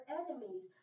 enemies